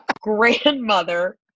grandmother